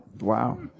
Wow